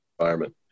environment